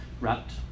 wrapped